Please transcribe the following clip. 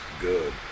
good